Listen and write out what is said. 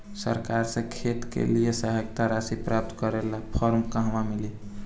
सरकार से खेत के लिए सहायता राशि प्राप्त करे ला फार्म कहवा मिली?